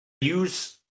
Use